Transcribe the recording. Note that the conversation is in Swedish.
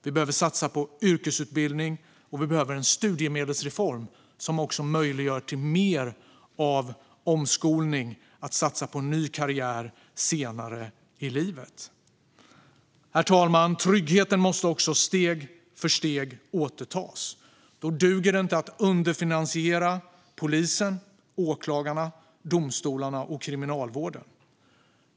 Vi behöver satsa på yrkesutbildning, och vi behöver en studiemedelsreform som möjliggör mer av omskolning och att satsa på en ny karriär senare i livet. Herr talman! Tryggheten måste steg för steg återtas. Då duger det inte att underfinansiera polisen, åklagarna, domstolarna och kriminalvården.